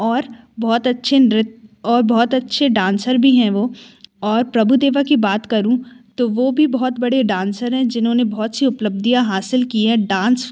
और बहुत अच्छे और बहुत अच्छे डान्सर भी हैं वो और प्रभु देवा की बात करूँ तो वो भी बहुत बड़े डान्सर हैं जिन्होंने बहुत सी उपलब्धियां हासिल की है डांस